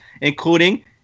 including